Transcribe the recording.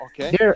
okay